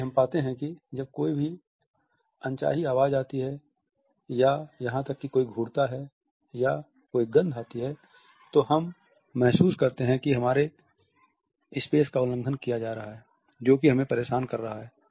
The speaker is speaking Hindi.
इसलिए हम पाते हैं कि जब भी कोई अनचाही आवाज़ आती है या यहाँ तक कि कोई घूरता है या कोई गंध आती है तो हम महसूस करते हैं कि हमारे स्पेस का उल्लंघन किया जा रहा है जो कि हमें परेशान कर रहा है